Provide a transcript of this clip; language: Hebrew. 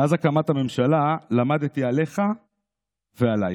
מאז הקמת הממשלה למדתי עליך ועליי.